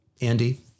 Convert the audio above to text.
Andy